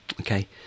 Okay